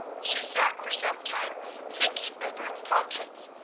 she sat for some time thinking over its contents,